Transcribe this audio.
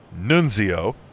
Nunzio